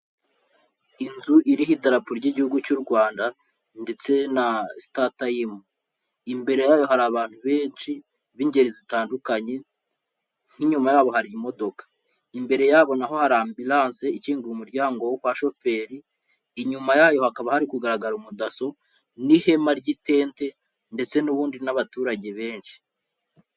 Inzu iriho idarapo ry'Igihugu cy'u Rwanda ndetse na Startime, imbere y'ayo hari abantu benshi b'ingeri zitandukanye, nk'inyuma y'abo hari imodoka. Imbere y'abo na ho hari Ambulance ikinguye umuryango wa shoferi, inyuma yayo hakaba hari kugaragara umudaso n'ihema ry'itente ndetse n'ubundi n'abaturage benshi.